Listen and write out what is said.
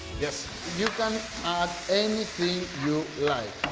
yeah you can add anything you like.